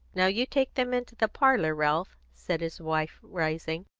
now you take them into the parlour, ralph, said his wife, rising,